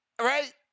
right